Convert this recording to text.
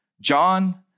John